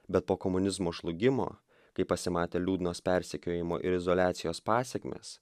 bet po komunizmo žlugimo kai pasimatė liūdnos persekiojimo ir izoliacijos pasekmės